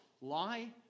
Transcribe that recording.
lie